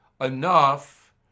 enough